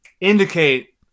indicate